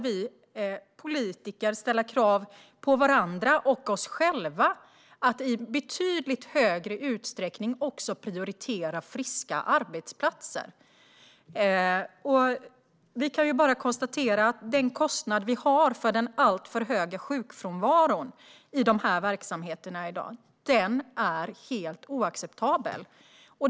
Vi politiker bör ställa krav på varandra och oss själva att i betydligt större utsträckning prioritera friska arbetsplatser. Vi kan bara konstatera att den kostnad vi har för den alltför stora sjukfrånvaron i dessa verksamheter i dag är helt oacceptabel.